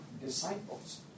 disciples